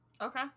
Okay